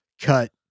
cut